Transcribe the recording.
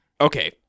Okay